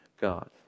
God